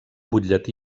butlletí